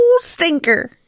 Stinker